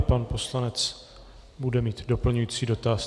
Pan poslanec bude mít doplňující dotaz.